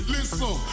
Listen